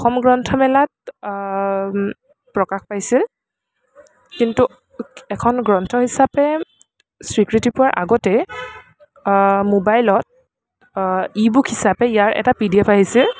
অসম গ্ৰন্থমেলাত প্ৰকাশ পাইছিল কিন্তু এখন গ্ৰন্থ হিচাপে স্বীকৃতি পোৱাৰ আগতেই মোবাইলত ই বুক হিচাপে ইয়াৰ এটা পিডিএফ আহিছিল